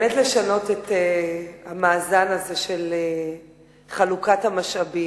באמת, יש לשנות את המאזן הזה של חלוקת המשאבים.